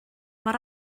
mor